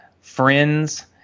friends